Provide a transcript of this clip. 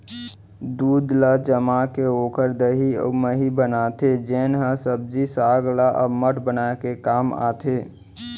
दूद ल जमाके ओकर दही अउ मही बनाथे जेन ह सब्जी साग ल अम्मठ बनाए के काम आथे